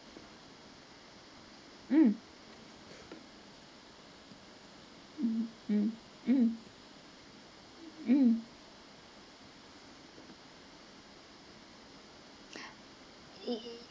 mm mm mm mm